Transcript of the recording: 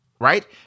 right